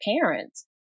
parents